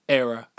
era